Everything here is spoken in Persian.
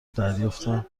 دریافتم